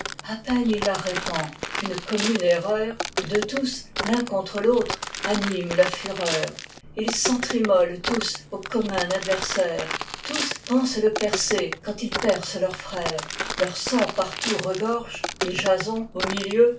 à peine il la répand qu'une commune erreur d'eux tous l'un contre l'autre anime la fureur ils s'entr'immolent tous au commun adversaire tous pensent le percer quand ils percent leur frère leur sang partout regorge et jason au milieu